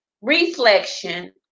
reflection